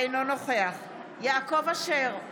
אינו נוכח יעקב אשר,